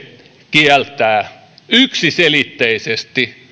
kieltää yksiselitteisesti